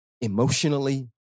emotionally